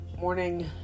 morning